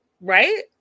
Right